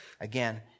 again